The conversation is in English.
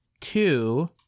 two